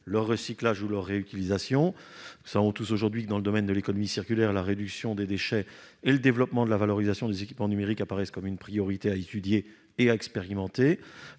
leur recyclage ou leur réutilisation. Nous savons tous que, dans le domaine de l'économie circulaire, la réduction des déchets et le développement de la valorisation des équipements numériques apparaissent comme une priorité à étudier et à expérimenter.